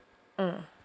mm